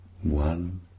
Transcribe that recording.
one